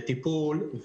בטיפול.